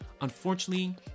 Unfortunately